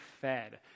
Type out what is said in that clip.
fed